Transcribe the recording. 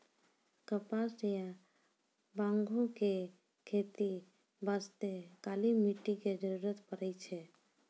कपास या बांगो के खेती बास्तॅ काली मिट्टी के जरूरत पड़ै छै